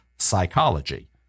Psychology